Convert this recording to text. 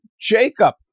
Jacob